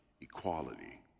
equality